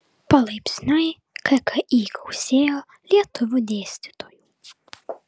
palaipsniui kki gausėjo lietuvių dėstytojų